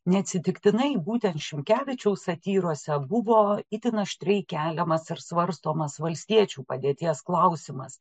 neatsitiktinai būtent šimkevičiaus satyrose buvo itin aštriai keliamas ir svarstomas valstiečių padėties klausimas